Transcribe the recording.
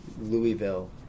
Louisville